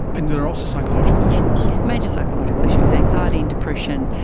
and and there are also psychological issues. major psychological issues, anxiety and depression,